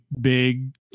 big